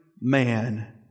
man